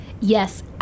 Yes